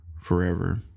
forever